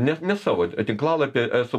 net ne savo tinklalapy esu